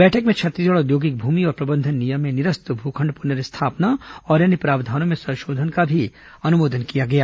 बैठक में छत्तीसगढ़ औद्योगिक भूमि और प्रबंधन नियम में निरस्त भूखंड पुर्नस्थापना और अन्य प्रावधानों में संशोधन का भी अनुमोदन किया गया है